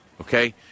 okay